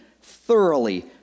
thoroughly